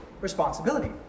responsibility